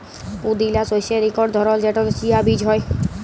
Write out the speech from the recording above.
পুদিলা শস্যের ইকট ধরল যেটতে চিয়া বীজ হ্যয়